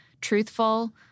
truthful